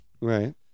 Right